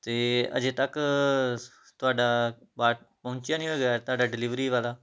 ਅਤੇ ਅਜੇ ਤੱਕ ਤੁਹਾਡਾ ਆ ਪਹੁੰਚਿਆ ਨਹੀਂ ਹੈਗਾ ਤੁਹਾਡਾ ਡਿਲੀਵਰੀ ਵਾਲਾ